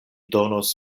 donos